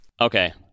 Okay